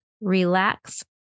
relax